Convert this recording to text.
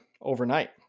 overnight